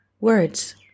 words